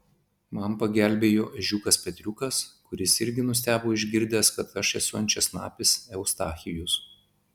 man pagelbėjo ežiukas petriukas kuris irgi nustebo išgirdęs kad aš esu ančiasnapis eustachijus